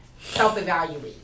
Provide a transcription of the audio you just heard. self-evaluate